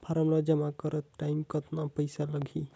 Form ला जमा करत टाइम कतना पइसा लगही?